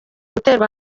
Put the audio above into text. guterwa